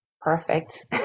perfect